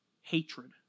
hatred